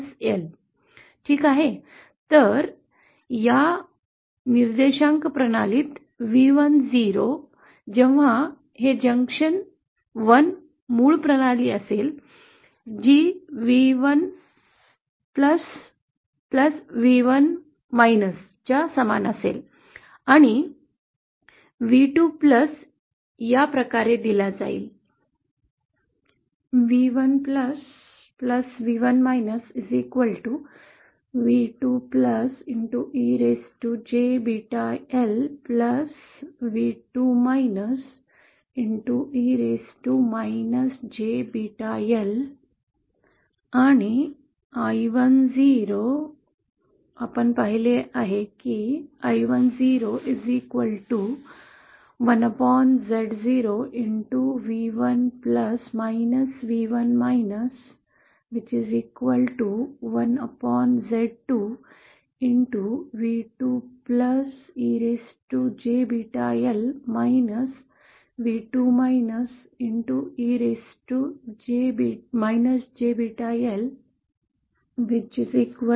Ok तर या निर्देशांक प्रणालीत v1 जेव्हा हे जंक्शन 1 मूळ प्रणाली असेल जी v1 च्या समान असेल आणि v2 या प्रकारे दिले जाईल